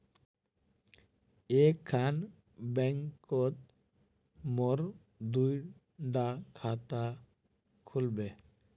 एक खान बैंकोत मोर दुई डा खाता खुल बे?